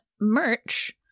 merch